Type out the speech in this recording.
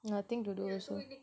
nothing to do also